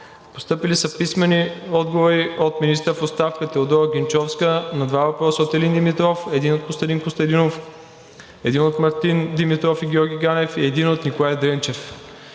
Станислав Балабанов; - министъра в оставка Теодора Генчовска на два въпроса от Илин Димитров; един от Костадин Костадинов; един от Мартин Димитров и Георги Ганев; един от Николай Дренчев;